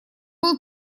был